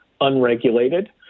unregulated